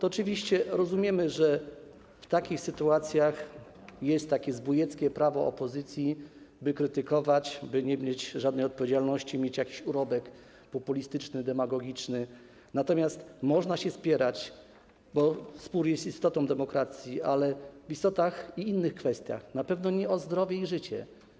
Oczywiście rozumiemy, że w takich sytuacjach zbójeckim prawem opozycji jest to, by krytykować, by nie mieć żadnej odpowiedzialności, mieć jakiś urobek populistyczny, demagogiczny, natomiast można się spierać, bo spór jest istotą demokracji, ale w innych kwestiach, na pewno nie o zdrowie i życie.